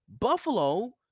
Buffalo